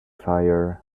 fire